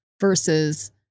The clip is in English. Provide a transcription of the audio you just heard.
versus